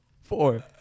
Four